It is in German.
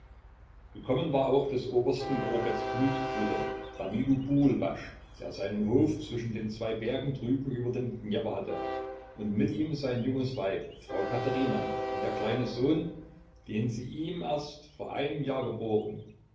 gekommen war auch des obersten gorobetz blutsbruder danilo burulbasch der seinen hof zwischen den zwei bergen drüben über dem dnjepr hatte und mit ihm sein junges weib frau katherina und der kleine sohn den sie ihm erst vor einem jahr geboren